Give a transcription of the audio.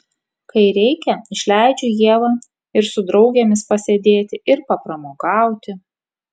kai reikia išleidžiu ievą ir su draugėmis pasėdėti ir papramogauti